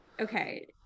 Okay